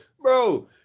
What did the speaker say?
Bro